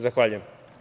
Zahvaljujem.